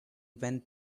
went